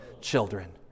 children